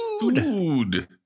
Food